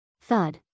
Thud